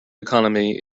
economy